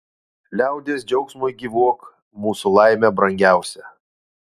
liaudies džiaugsmui gyvuok mūsų laime brangiausia